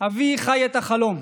אבי חי את החלום,